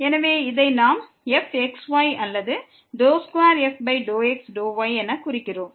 எனவே இதை நாம் fxy அல்லது 2f∂x∂y என குறிக்கிறோம்